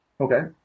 Okay